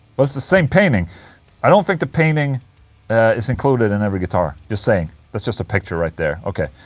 that's the same painting i don't think the painting its included in every guitar, just saying that's just a picture right there. okay,